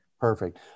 Perfect